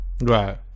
Right